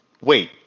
wait